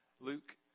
Luke